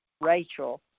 Rachel